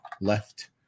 left